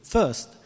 First